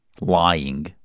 Lying